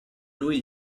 lui